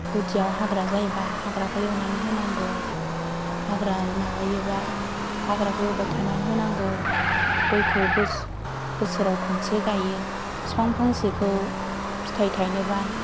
गुदियाव हाग्रा जायोबा हाग्राखौ एवनानै होनांगौ हाग्रा माबायोबा हाग्राखौ एवबाय थाना होनांगौ गयखौ बोसोराव खनसे गायो बिफां फांसेखौ फिथाय थायनोबा